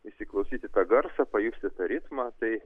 įsiklausyt į tą garsą pajusti tą ritmą tai